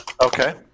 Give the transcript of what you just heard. Okay